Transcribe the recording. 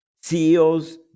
CEOs